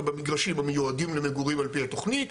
במגרשים המיועדים למגורים על פי התוכנית,